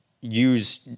use